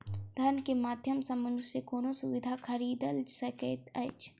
धन के माध्यम सॅ मनुष्य कोनो सुविधा खरीदल सकैत अछि